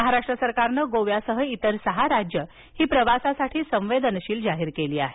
महाराष्ट्र सरकारनं गोव्यासह इतर सहा राज्यं ही प्रवासासाठी संवेदनशील जाहीर केली आहेत